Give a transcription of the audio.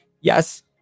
yes